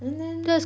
and then